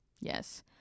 Yes